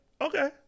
okay